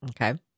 Okay